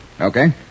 Okay